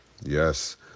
Yes